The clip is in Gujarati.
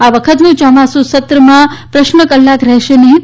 આ વખતના યોમાસુ સત્રમાં પ્રશ્ન કલાક રહેશે નહિં